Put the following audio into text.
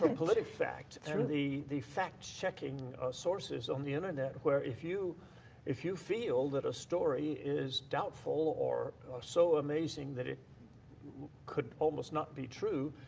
but politifact and the the fact checking sources on the internet, where if you if you feel that a story is doubtful or so amazing that it could almost not be true,